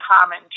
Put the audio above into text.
common